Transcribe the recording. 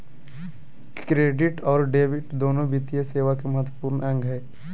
credit और debit दोनो वित्तीय सेवा के महत्त्वपूर्ण अंग हय